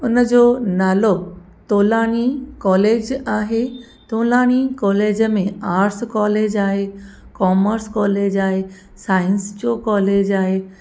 उनजो नालो तोलानी कॉलेज आहे तोलानी कॉलेज में आर्ट्स कॉलेज आहे कॉमर्स कॉलेज आहे साइंस जो कॉलेज आहे